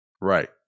right